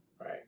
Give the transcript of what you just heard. right